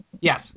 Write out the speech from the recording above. Yes